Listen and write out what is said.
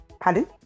pardon